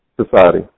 society